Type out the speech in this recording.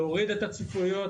להוריד את הצפיפות,